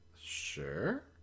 sure